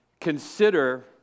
Consider